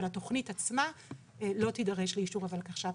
אבל התכנית עצמה לא תידרש לאישור הוולקחש"פ.